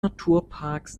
naturparks